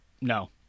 no